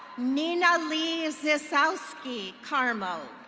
nina lee sisowski-karmo.